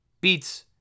beats